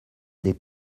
des